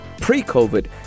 pre-COVID